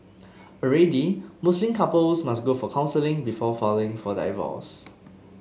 already Muslim couples must go for counselling before falling for divorce